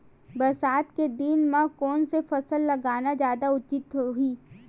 बरसात के दिन म कोन से फसल लगाना जादा उचित होही?